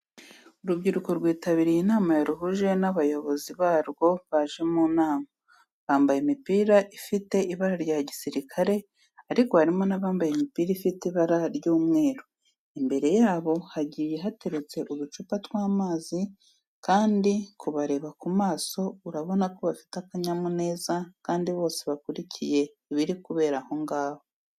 Urubyiruko rwitabiriye inama yaruhuje n'abayobozi barwo baje mu nama, bambaye imipira ifite ibara rya gisirikare ariko harimo n'abambaye imipira ifite ibara ry'umweru. Imbere yabo hagiye hateretse uducupa tw'amazi kandi kubareba ku maso urabona ko bafite akanyamuneza kandi bose bakurikiye ibiri kubera aho ngaho.